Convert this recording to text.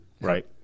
Right